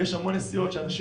ויש המון נסיעות שאנשים